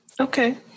Okay